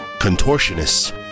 contortionists